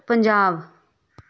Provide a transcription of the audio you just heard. Punjab